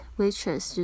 waitress